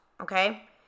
okay